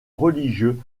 religieux